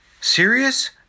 Serious